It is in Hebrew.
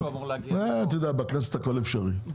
בכנסת הכול אפשרי,